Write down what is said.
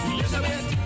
Elizabeth